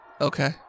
Okay